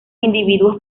individuos